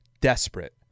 desperate